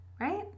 right